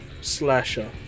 slasher